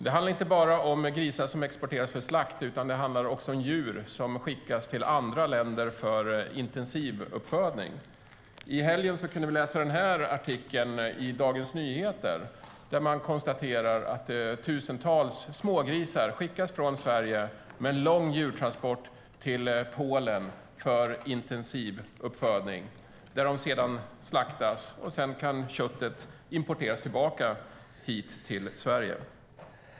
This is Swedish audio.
Det handlar inte bara om grisar som exporteras för slakt, utan det handlar också om djur som skickas till andra länder för intensivuppfödning. I helgen kunde vi läsa en artikel i Dagens Nyheter där man konstaterar att tusentals smågrisar skickas från Sverige med en lång djurtransport till Polen för intensivuppfödning. Sedan slaktas de där, och så kan köttet importeras tillbaka hit till Sverige.